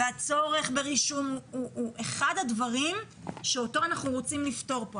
והצורך ברישום הוא אחד הדברים שאותו אנחנו רוצים לפתור פה.